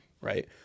right